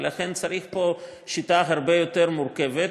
לכן צריך פה שיטה הרבה יותר מורכבת.